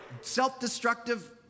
self-destructive